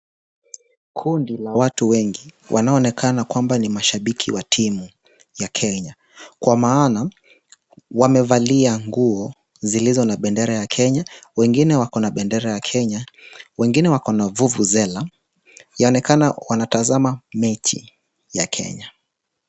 Kundi la watu wengi, wanaoonekana kwamba ni mashabiki wa timu ya Kenya, kwa maana wamevalia nguo zilizo na bendera ya Kenya. Wengine wako na bendera ya Kenya. Wengine wako na vuvuzela. Yaonekana wanatazama mechi ya Kenya.